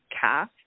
calf